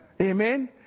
Amen